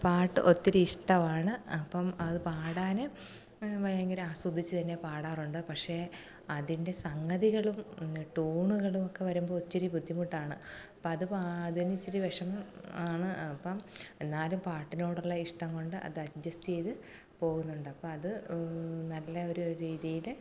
പാട്ട് ഒത്തിരി ഇഷ്ടമാണ് അപ്പം അത് പാടാൻ ഭയങ്കര ആസ്വദിച്ചു തന്നെയത് പാടാറുണ്ട് പക്ഷെ അതിൻ്റെ സംഗതികളും ടൂണുകളുമൊക്കെ വരുമ്പോൾ ഒച്ചിരി ബുദ്ധിമുട്ടാണ് അപ്പതു അതിനിച്ചിരി വിഷമമാണ് അപ്പം എന്നാലും പാട്ടിനോടുള്ള ഇഷ്ടം കൊണ്ട് അത് അഡ്ജസ്റ്റ് ചെയ്ത് പോകുന്നുണ്ട് അപ്പം അത് നല്ലയൊരു രീതിയിൽ